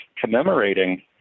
commemorating